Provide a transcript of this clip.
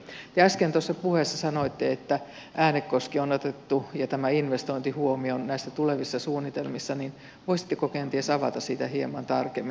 kun te äsken tuossa puheessa sanoitte että äänekoski ja tämä investointi on otettu huomioon näissä tulevissa suunnitelmissa niin voisitteko kenties avata sitä hieman tarkemmin